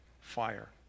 fire